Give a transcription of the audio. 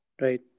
Right